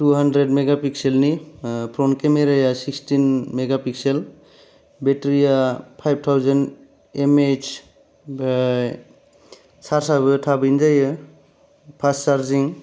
two hundred mega पिक्सेलनि front केमेराया sixteen mega pixel बेटारिया फाइभ थावजेन्द एम ओइत्स ओमफ्राय सार्जआबो थाबैनो जायो फास्ट चारजिं